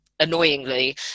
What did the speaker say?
annoyingly